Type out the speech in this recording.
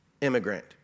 immigrant